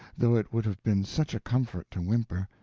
though it would have been such a comfort to whimper,